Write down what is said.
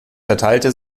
verteilte